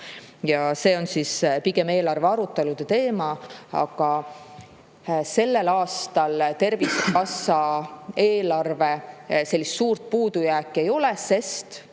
Ja see on pigem eelarve arutelude teema. Aga sellel aastal Tervisekassa eelarves suurt puudujääki ei ole, sest